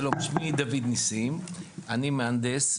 שלום, שמי דוד ניסים, אני מהנדס.